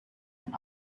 ein